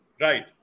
Right